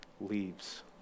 leaves